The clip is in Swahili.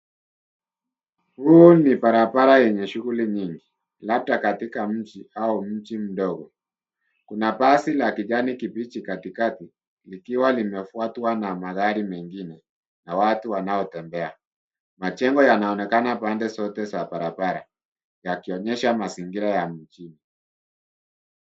Huu ni barabara yenye shughuli nyingi labda katika mji au mji mdogo. Kuna basi la kijani kibichi katikati likiwa limefuatwa na magari mengine na watu wanaotembea. Majengo yanaonekana pande zote za barabara yakionyesha mazingira ya mjini.